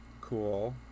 cool